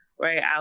Right